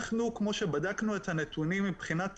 כמו שבדקנו את הנתונים מבחינת